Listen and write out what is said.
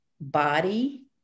body